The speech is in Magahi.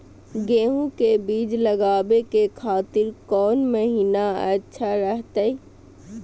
गेहूं के बीज लगावे के खातिर कौन महीना अच्छा रहतय?